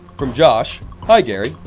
from josh, hi gary.